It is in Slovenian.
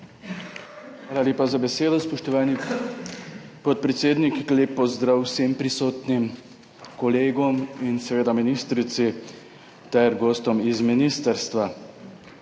Hvala lepa za besedo, spoštovani podpredsednik. Lep pozdrav vsem prisotnim kolegom in seveda ministrici ter gostom z ministrstva!